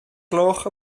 gloch